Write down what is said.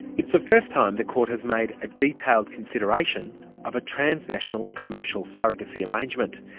it's the first time the court has made a detailed consideration of a transnational commercial surrogacy arrangement.